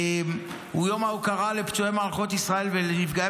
הוא יום ההוקרה לפצועי מערכות ישראל ולנפגעי